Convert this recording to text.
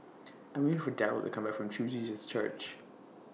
I'm waiting For Darryle to Come Back from True Jesus Church